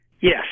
Yes